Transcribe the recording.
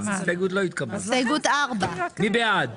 התגלה כבן אדם.